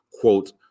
quote